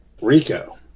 Rico